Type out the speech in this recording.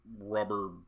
rubber